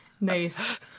Nice